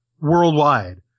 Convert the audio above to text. Worldwide